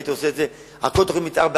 אני הייתי עושה את זה על כל תוכנית מיתאר,